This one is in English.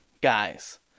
guys